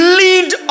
lead